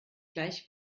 gleich